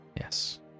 Yes